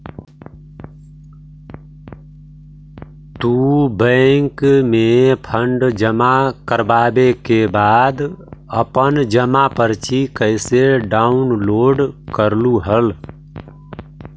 तू बैंक में फंड जमा करवावे के बाद अपन जमा पर्ची कैसे डाउनलोड करलू हल